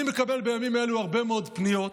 אני מקבל בימים אלו הרבה מאוד פניות,